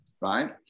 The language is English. right